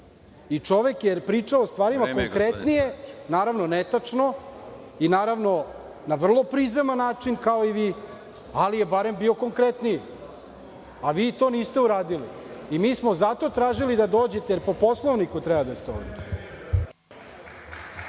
sali. Čovek je pričao konkretnije, naravno netačno, i naravno na vrlo prizeman način, kao i vi, ali je barem bio konkretniji, a vi to niste uradili. Mi smo zato tražili da dođete, jer po Poslovniku treba da ste ovde.